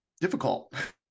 difficult